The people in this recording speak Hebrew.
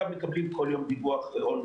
מה לגבי מה ששאלת על יולי אוגוסט.